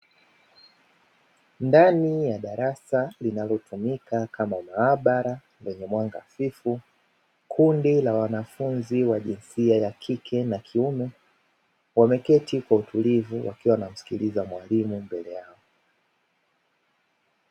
Ndani ya darasa linalotumika kama maabara lenye mwanga hafifu. Kundi la wanafunzi wa jinsi ya kike na kiume wameketi kwa utulivu wakiwa wanamsikiiliza mwalimu mbele yao,